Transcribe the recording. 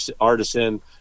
artisan